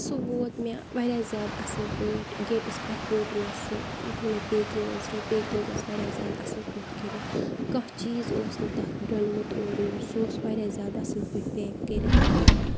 سُہ ووت مےٚ وارِیاہ زیادٕ اَصٕل پٲٹھۍ گیٹَس پٮ۪ٹھ روٚٹ مےٚ سُہ یُتھٕے مےٚ پیکِنٛگ مٕژرٲو پیکِنٛگ ٲس وارِیاہ زیادٕ اَصٕل پٲٹھۍ کٔرِتھ کانٛہہ چیٖز اوس نہٕ تَتھ ڈولمُت اورٕ یور سُہ اوس وارِیاہ زیادٕ اَصٕل پٲٹھۍ پیک کٔرِتھ